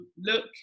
look